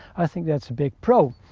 i think that's a big pro.